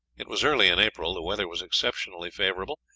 it was early in april, the weather was exceptionally favourable,